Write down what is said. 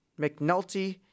McNulty